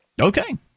Okay